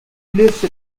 liste